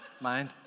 mind